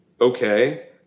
okay